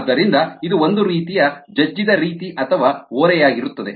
ಆದ್ದರಿಂದ ಇದು ಒಂದು ರೀತಿಯ ಜಜ್ಜಿದ ರೀತಿ ಅಥವಾ ಓರೆಯಾಗಿರುತ್ತದೆ